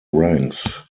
ranks